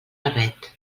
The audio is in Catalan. barret